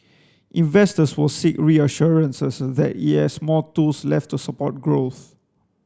investors will seek reassurances that it has more tools left to support growth